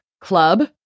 club